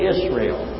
Israel